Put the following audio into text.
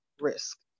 risk